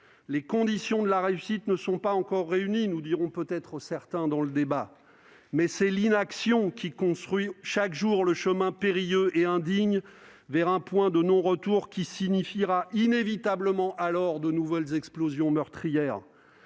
Les conditions de la réussite ne sont pas encore réunies, nous diront peut-être certains, mais c'est l'inaction qui construit chaque jour le chemin périlleux et indigne vers un point de non-retour qui signifiera inévitablement de nouvelles explosions meurtrières.